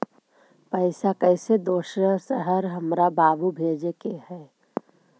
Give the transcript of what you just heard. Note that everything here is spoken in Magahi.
पैसा कैसै दोसर शहर हमरा बाबू भेजे के है?